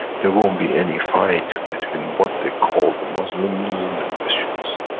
there won't be any fight, between what they call the muslim and the christians.